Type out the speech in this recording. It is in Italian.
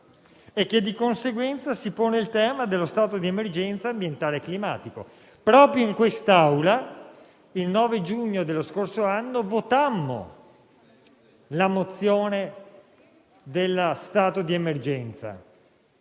e che, di conseguenza, si pone il tema dello stato di emergenza ambientale e climatico. Proprio in quest'Aula, il 9 giugno dello scorso anno votammo la mozione sullo stato di emergenza,